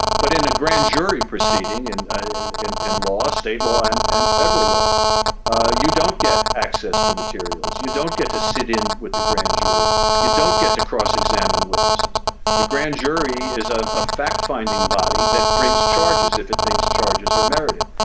but in a grand jury proceeding and in in law state law and and federal law ah you don't get access to materials you don't get to sit in with the grand jury you don't get to cross-examine witnesses the grand jury is ah a fact finding body that brings charges if it thinks charges are merited.